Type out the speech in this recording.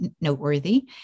noteworthy